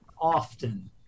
often